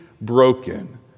broken